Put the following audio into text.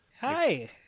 Hi